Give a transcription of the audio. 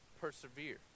Persevere